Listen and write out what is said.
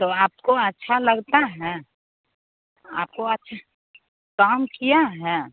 तो आपको अच्छा लगता है आपको अच्छा काम किया है